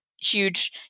huge